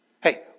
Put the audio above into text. Hey